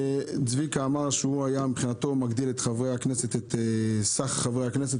צביקה אמר שהיה מגדיל את סך חברי הכנסת.